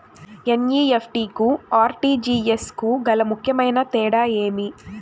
NEFT కు RTGS కు గల ముఖ్యమైన తేడా ఏమి?